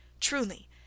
Truly